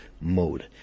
mode